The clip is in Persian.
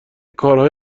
کارهای